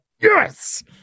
yes